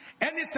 Anytime